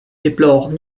déplorent